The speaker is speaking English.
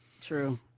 True